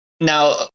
Now